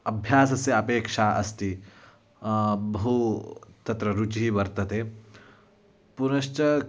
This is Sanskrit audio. अभ्यासस्य अपेक्षा अस्ति बहु तत्र रुचिः वर्तते पुनश्च